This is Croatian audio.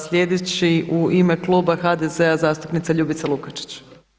Sljedeći u ime kluba HDZ-a zastupnica Ljubica Lukačić.